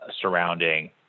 surrounding